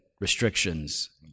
restrictions